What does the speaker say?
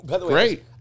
Great